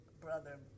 brother